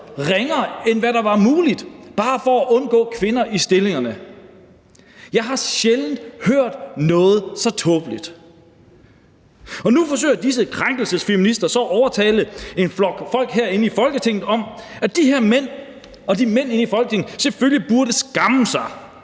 ringere end det, der er muligt, bare for at undgå kvinder i stillingerne. Jeg har sjældent hørt noget så tåbeligt. Og nu forsøger disse krænkelsesfeminister så at overbevise folk herinde i Folketinget om, at de her mænd og mændene her i Folketinget selvfølgelig burde skamme sig.